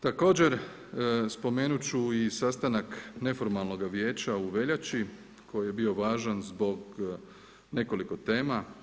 Također, spomenuti ću i sastanak neformalnog vijeća u veljači, koji je bio važan zbog nekoliko tema.